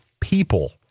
people